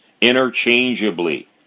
interchangeably